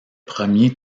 premier